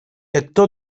actor